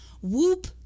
whoop